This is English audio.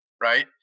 right